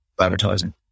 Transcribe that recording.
advertising